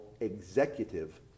executive